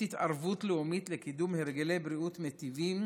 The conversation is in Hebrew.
התערבות לאומית לקידום הרגלי בריאות מטיבים,